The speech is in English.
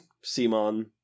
Simon